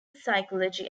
psychology